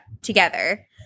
together